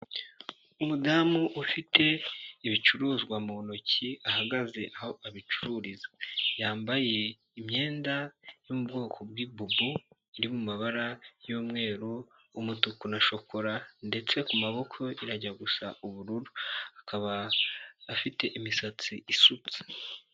Umudamu ufite ibicuruzwa mu ntoki ahagaze aho abicururiza yambaye imyenda yo mu bwoko bw'ibubu, iri mabara y'umweru umutuku na shokola, ndetse ku maboko irajya gusa ubururu akaba afite imisatsi isutse.